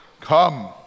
Come